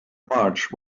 march